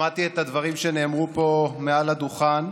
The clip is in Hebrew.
שמעתי את הדברים שנאמרו פה מעל הדוכן,